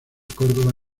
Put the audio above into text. córdoba